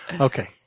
Okay